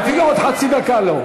אפילו עוד חצי דקה לא.